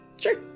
Sure